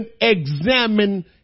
examine